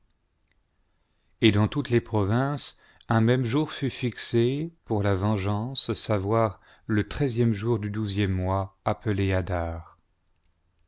et dans toutes les provinces n même jour fut fixé pour la vengeance savoir le treizième jour du douzième mois appelé